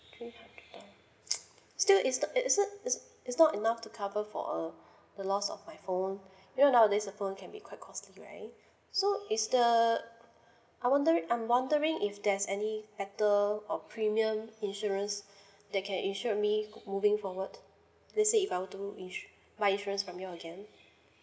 three hundred dollar still is uh is it isn't is is not enough to cover for uh the lost of my phone you know nowadays a phone can be quite costly right so is the I wondering I'm wondering if there's any better or premium insurance that can insured me moving forward let's say If I were to ins~ buy insurance from you all again